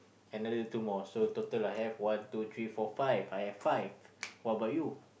another two more so total I have one two three four five I have five what about you